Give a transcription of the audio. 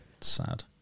sad